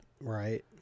Right